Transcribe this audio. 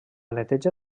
neteja